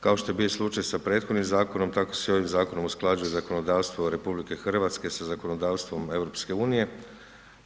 Kao što je i bio slučaj sa prethodnim zakonom, tako se i ovim zakonom usklađuje zakonodavstvo RH sa zakonodavstvo EU-a.